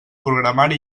programari